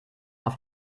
auf